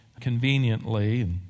conveniently